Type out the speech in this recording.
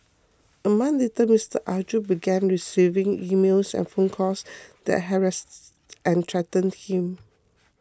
a month later Mister Arjun began receiving emails and phone calls that harassed and threatened him